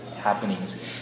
happenings